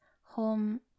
home